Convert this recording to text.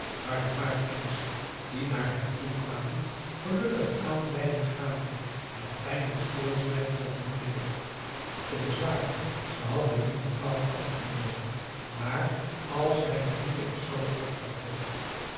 waar een paar kennissen die naar hen toe kwamen gelukkig aanleiding gaven het pijnlijk stilzwijgen te verbreken het is waar ze had hem niet bepaald afgewezen maar als hij het nu eens zoo opvatte